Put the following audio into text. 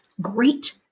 Great